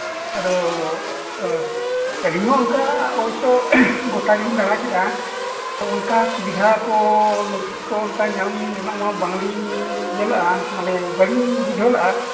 ᱟᱫᱚ ᱟᱹᱞᱤᱧ ᱦᱚᱸ ᱚᱱᱠᱟ ᱚᱵᱚᱥᱥᱳᱭ ᱜᱚᱴᱟ ᱜᱮᱞᱤᱧ ᱫᱟᱬᱟ ᱠᱮᱫᱼᱟ ᱛᱳ ᱚᱱᱠᱟ ᱥᱩᱵᱤᱫᱷᱟ ᱠᱚ ᱞᱩᱜᱽᱲᱤᱡ ᱠᱚ ᱚᱱᱠᱟ ᱧᱟᱢ ᱨᱮᱱᱟᱜ ᱢᱟ ᱵᱟᱝᱞᱤᱧ ᱧᱮᱞ ᱞᱮᱫᱼᱟ ᱢᱟᱱᱮ ᱵᱟᱹᱞᱤᱧ ᱵᱩᱡᱷᱟᱹᱣ ᱞᱮᱫᱼᱟ